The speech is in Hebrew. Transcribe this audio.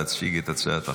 להציג את הצעת החוק,